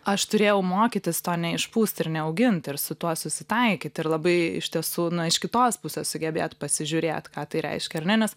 aš turėjau mokytis to neišpūst ir neaugint ir su tuo susitaikyt ir labai iš tiesų iš kitos pusės sugebėt pasižiūrėt ką tai reiškia ar ne nes